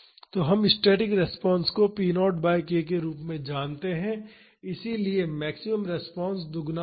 तो हम static response को p0 बाई k के रूप में जानते हैं इसलिए मैक्सिमम रिस्पांस दोगुना होगा